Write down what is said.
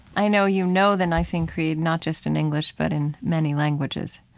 i know you know the nicene creed, not just in english, but in many languages